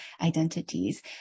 identities